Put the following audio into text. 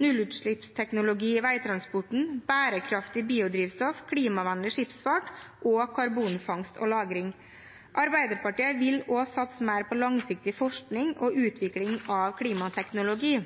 nullutslippsteknologi i veitransporten, bærekraftig biodrivstoff, klimavennlig skipsfart og karbonfangst og -lagring. Arbeiderpartiet vil også satse mer på langsiktig forskning og utvikling av klimateknologi.